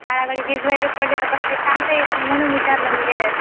झाडावर वीज वगैरे पडली तर कसं काय सांगता येत नाही म्हणून विचारलं मी हे